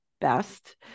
best